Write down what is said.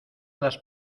las